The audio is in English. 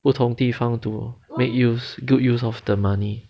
不同地方 to make use good use of the money